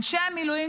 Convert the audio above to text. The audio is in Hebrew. אנשי המילואים,